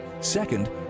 second